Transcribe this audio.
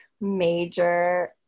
major